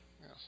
Yes